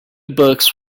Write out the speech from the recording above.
books